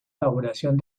elaboración